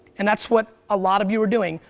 and that's what a lot of you are doing,